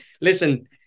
listen